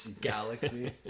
galaxy